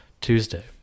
Tuesday